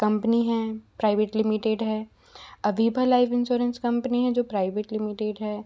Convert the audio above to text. company हैं private limited है अभिभा लाइफ इंश्योरेंस कंपनी है जो प्राइवेट लिमिटेड है